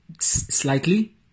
slightly